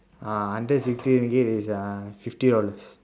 uh hundred sixty ringgit is uh fifty dollars